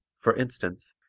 for instance,